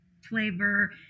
flavor